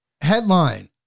Headline